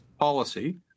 policy